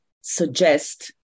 suggest